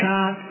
God